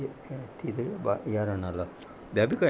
थी त विया ब यारहं नाला ॿियां बि कयां